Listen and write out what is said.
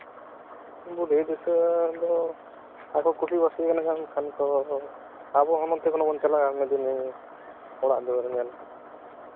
ᱟᱠᱚ ᱵᱟᱹᱥᱤ ᱭᱮᱱ ᱠᱷᱟᱱ ᱠᱚ ᱟᱵᱚ ᱦᱚᱸ ᱱᱚᱱᱛᱮ ᱠᱷᱚᱱᱟᱜ ᱵᱚᱱ ᱪᱟᱞᱟᱜᱼᱟ ᱢᱤᱫ ᱫᱤᱱᱚᱜ ᱚᱲᱟᱜ ᱫᱩᱣᱟᱹᱨ ᱧᱮᱞ